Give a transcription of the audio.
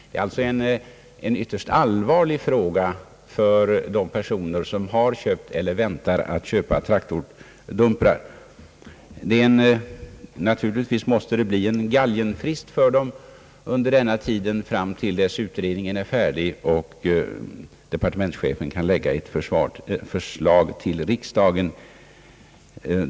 Det är alltså en mycket allvarlig fråga för de personer som har köpt eiler ämnar köpa traktordumprar. Naturligtvis måste det bli en galgenfrist för dem tills utredningen är färdig och departe mentschefen kan lägga fram ett förslag till riksdagen.